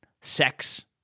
sex